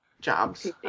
jobs